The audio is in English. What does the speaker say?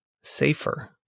safer